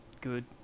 good